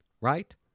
Right